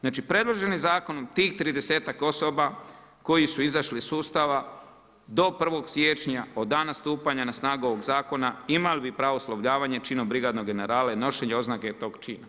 Znači predloženim zakonom tih tridesetak osoba koji su izašli iz sustava do 1. siječnja od dana stupanja na snagu ovoga zakona imali bi pravo na oslovljavanje činu brigadnog generala i nošenje oznake tog čina.